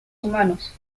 humanos